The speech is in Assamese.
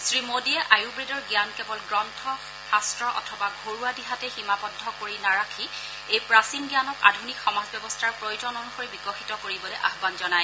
শ্ৰীমোদীয়ে আয়ুৰ্বেদৰ জ্ঞান কেৱল গ্ৰন্থ শাস্ত্ৰ অথবা ঘৰুৱা দিহাতেই সীমাবদ্ধ কৰি নাৰাখি এই প্ৰাচীন জ্ঞানক আধুনিক সমাজ ব্যৱস্থাৰ প্ৰয়োজন অনুসৰি বিকশিত কৰিবলৈ আহ্মন জনায়